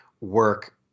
work